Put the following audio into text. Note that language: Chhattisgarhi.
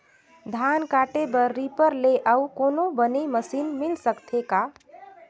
धान काटे बर रीपर ले अउ कोनो बने मशीन मिल सकथे का?